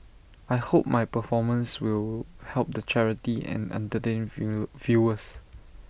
I hope my performance will help the charity and entertain view viewers